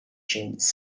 tunes